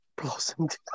blossomed